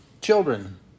children